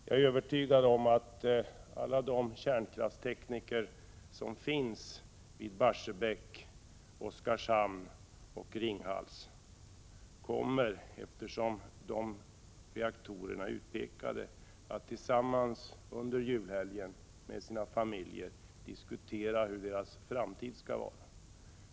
Jag är övertygad om att alla de kärnkraftstekniker som finns vid Barsebäck, Oskarshamn och Ringhals — det är ju dessa reaktorer som är utpekade — under julhelgen tillsammans med sina familjer kommer att diskutera hur deras framtid skall vara.